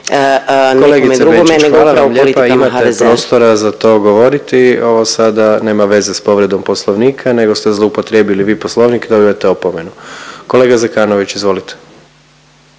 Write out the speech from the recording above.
Kolegice Benčić hvala vam lijepa, imate prostora za to govoriti. Ovo sada nema veze sa povredom Poslovnika, nego ste zloupotrijebili vi Poslovnik i dobivate opomenu. Kolega Zekanović, izvolite.